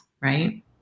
right